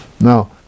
now